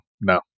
no